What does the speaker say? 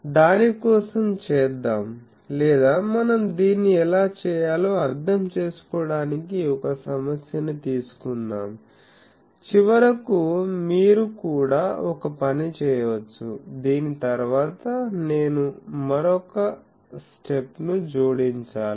దాని కోసం చేద్దాం లేదా మనం దీన్ని ఎలా చేయాలో అర్ధం చేసుకోవడానికి ఒక సమస్యను తీసుకుందాం చివరకు మీరు కూడా ఒక పని చేయవచ్చు దీని తరువాత నేను మరొక స్టెప్ ను జోడించాలి